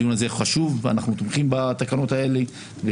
הדיון הזה חשוב ואנחנו תומכים בתקנות האלה,